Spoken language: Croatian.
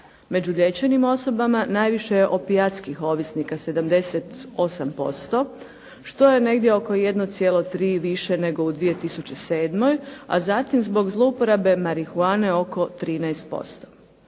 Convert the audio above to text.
Među liječenim osobama najviše je opijatskih ovisnika 78% što je negdje oko 1,3 više nego u 2007. a zatim zbog zlouporabe marihuane oko 13%.